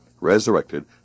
resurrected